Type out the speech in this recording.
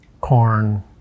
corn